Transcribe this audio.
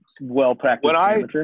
well-practiced